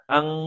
Ang